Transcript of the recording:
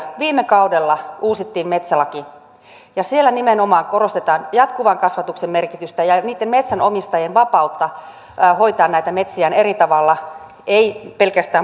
viime kaudella uusittiin metsälaki ja siellä nimenomaan korostetaan jatkuvan kasvatuksen merkitystä ja niitten metsänomistajien vapautta hoitaa näitä metsiään eri tavalla ei pelkästään parturoimalla